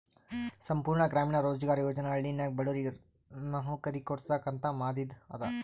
ಸಂಪೂರ್ಣ ಗ್ರಾಮೀಣ ರೋಜ್ಗಾರ್ ಯೋಜನಾ ಹಳ್ಳಿನಾಗ ಬಡುರಿಗ್ ನವ್ಕರಿ ಕೊಡ್ಸಾಕ್ ಅಂತ ಮಾದಿದು ಅದ